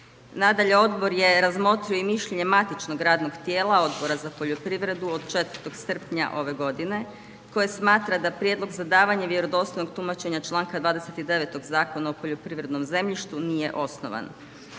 Nadalje, odbor je razmotrio i mišljenje matičnog radnog tijela Odbora za poljoprivredu od 4. srpnja ove godine koje smatra da prijedlog za davanje vjerodostojnog tumačenja članka 20. Zakona o poljoprivrednom zemljištu nije osnovan.